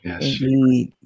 Yes